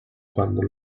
quando